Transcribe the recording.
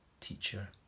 teacher